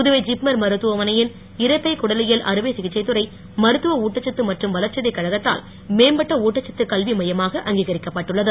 புதுவை ஜிப்மர் மருத்துவமனையின் இரைப்பை குடலியல் அறுவை சிகிச்சைத் துறை மருத்துவ ஊட்டச்சத்து மற்றும் வளர்சிதை கழகத்தால் மேம்பட்ட ஊட்டச்சத்து கல்வி மையமாக அங்கீகரிக்கப் பட்டுள்ளது